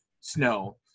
Snow